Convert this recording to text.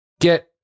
get